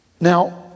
Now